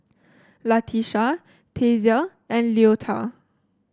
Latisha Tasia and Leota